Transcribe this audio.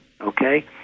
Okay